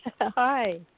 hi